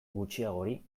gutxiagori